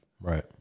Right